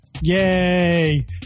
Yay